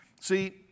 See